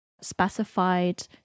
specified